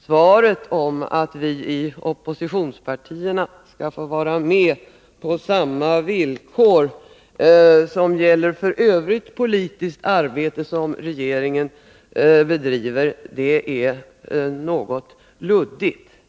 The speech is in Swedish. Svaret, att vi i oppositionspartierna skall få vara med på samma villkor ”som gäller för övrigt politiskt arbete som regeringen bedriver”, är något luddigt.